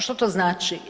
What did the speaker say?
Što to znači?